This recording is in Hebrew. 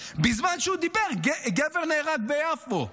בזמן שהוא דיבר, גבר נהרג ביפו.